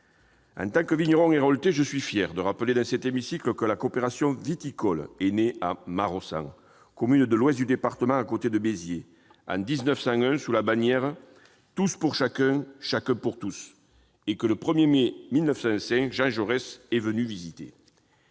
En tant que vigneron héraultais, je suis fier de rappeler dans cet hémicycle que la coopération viticole est née à Maraussan, commune de l'ouest du département, près de Béziers, en 1901, sous la bannière de « Tous pour chacun, chacun pour tous », et que Jean Jaurès est venu la visiter